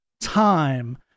time